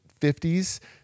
50s